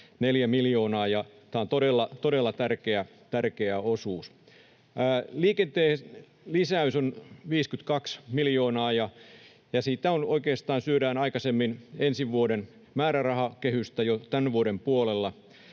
64 miljoonaa, ja tämä on todella tärkeä osuus. Liikenteen lisäys on 52 miljoonaa, ja siinä oikeastaan ensi vuoden määrärahakehystä syödään aikaisemmin